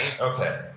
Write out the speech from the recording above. Okay